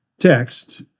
text